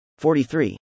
43